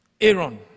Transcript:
Aaron